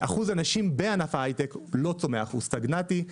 אחוז הנשים בענף ההיי-טק לא צומח סגננתי.